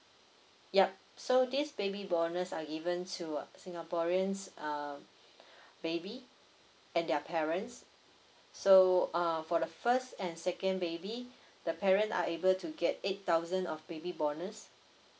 yup so this baby bonus are given to uh singaporeans um baby and their parents so uh for the first and second baby the parent are able to get eight thousand of baby bonus